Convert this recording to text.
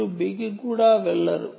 మీరు B కి కూడా వెళ్లరు